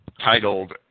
titled